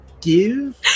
Give